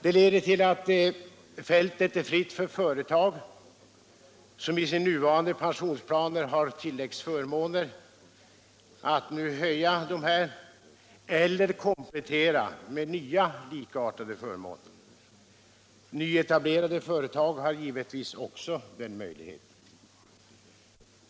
Det leder till att fältet är fritt för företag, som i sina nuvarande pensionsplaner har tillläggsförmåner, att nu höja dessa eller komplettera med nya likartade förmåner. Nyetablerade företag har givetvis också den möjligheten.